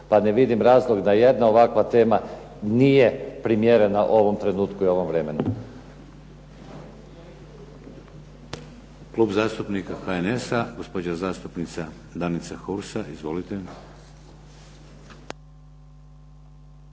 pa ne vidim razlog da jedna ovakva tema nije primjerena ovom trenutku i ovom vremenu.